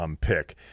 pick